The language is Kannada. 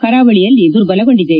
ಕರಾವಳಿಯಲ್ಲಿ ದುರ್ಬಲಗೊಂಡಿದೆ